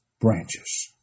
branches